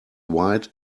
wide